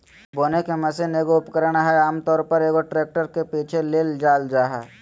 बोने की मशीन एगो उपकरण हइ आमतौर पर, एगो ट्रैक्टर के पीछे ले जाल जा हइ